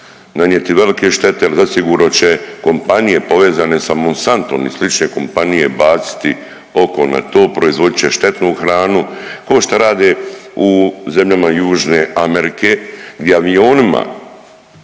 nanijeti velike štete. Ali zasigurno će kompanije povezane sa Monsantom i slične kompanije baciti oko na to, proizvodit će štetnu hranu kao što rade u zemljama južne Amerike gdje avionima